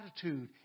attitude